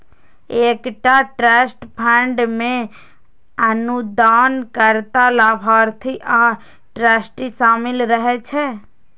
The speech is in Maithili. एकटा ट्रस्ट फंड मे अनुदानकर्ता, लाभार्थी आ ट्रस्टी शामिल रहै छै